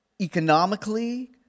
economically